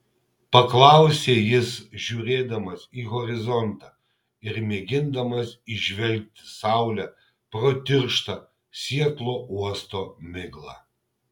paklausė jis žiūrėdamas į horizontą ir mėgindamas įžvelgti saulę pro tirštą sietlo uosto miglą